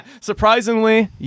Surprisingly